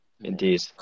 indeed